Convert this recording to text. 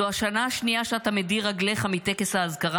זו השנה השנייה שאתה מדיר רגליך מטקס האזכרה